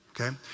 Okay